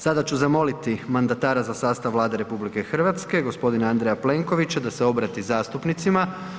Sada ću zamoliti mandatara za sastav Vlade RH g. Andreja Plenkovića da se obrati zastupnicima.